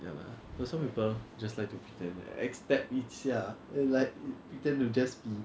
ya lah also people just like to pretend they're expert 一下 like pretend to just be